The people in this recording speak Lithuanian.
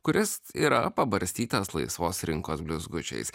kuris yra pabarstytas laisvos rinkos blizgučiais